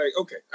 Okay